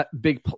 big